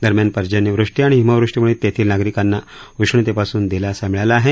दरम्यान पर्जन्यवृष्टी आणि हिमवृष्टीमुळे तेथील नागरीकांना उष्णतेपासून दिलासा मिळाला आहे